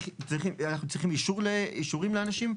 אנחנו צריכים אישורים לאנשים?